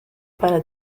para